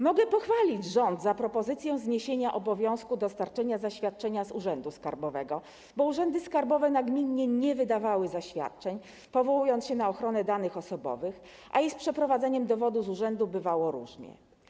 Mogę pochwalić rząd za propozycję zniesienia obowiązku dostarczenia zaświadczenia z urzędu skarbowego, bo urzędy skarbowe nagminnie nie wydawały zaświadczeń, powołując się na ochronę danych osobowych, a i z przeprowadzeniem dowodu z urzędu bywało różnie.